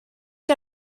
que